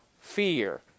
fear